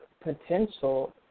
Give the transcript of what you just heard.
Potential